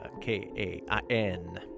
K-A-I-N